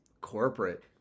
Corporate